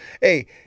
Hey